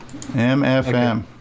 MFM